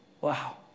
Wow